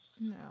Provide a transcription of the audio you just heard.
No